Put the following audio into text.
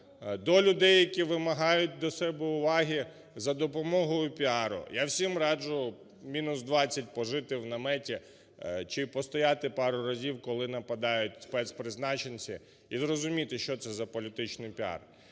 до людей, які вимагають до себе уваги за допомогою піару, – я всім раджу в мінус 20 пожити в наметі чи постояти пару разів, коли нападають спецпризначенці, і зрозуміти, що це за політичний піар.